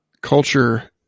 culture